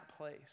place